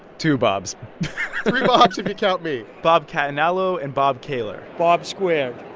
two bobs three bobs if you count me bob catinella and bob koehler bob squared,